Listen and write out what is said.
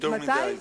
יותר מדי זמן.